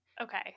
okay